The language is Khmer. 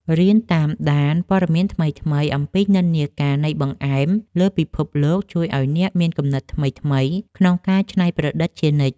រៀនតាមដានព័ត៌មានថ្មីៗអំពីនិន្នាការនៃបង្អែមលើពិភពលោកជួយឱ្យអ្នកមានគំនិតថ្មីៗក្នុងការច្នៃប្រឌិតជានិច្ច។